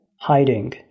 hiding